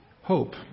Hope